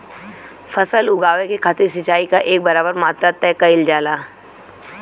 फसल उगावे के खातिर सिचाई क एक बराबर मात्रा तय कइल जाला